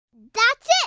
that's it.